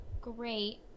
great